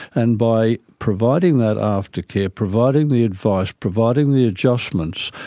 and by providing that after-care, providing the advice, providing the adjustments,